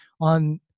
on